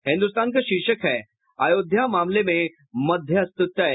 हिन्दुस्तान का शीर्षक है अयोध्या मामले में मध्यस्थ तय